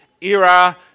era